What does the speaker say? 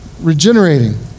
regenerating